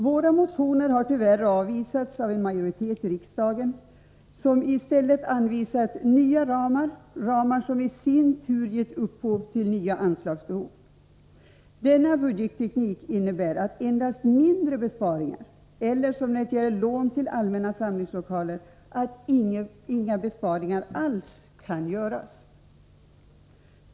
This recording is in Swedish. Våra motioner har tyvärr avvisats av en majoritet i riksdagen, som i stället anvisat nya ramar, ramar som i sin tur gett upphov till nya anslagsbehov. Denna budgetteknik innebär att endast mindre besparingar eller att, som när det gäller lån till allmänna samlingslokaler, inga besparingar alls kan göras.